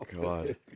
God